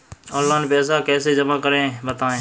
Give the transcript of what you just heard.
Online पैसा कैसे जमा करें बताएँ?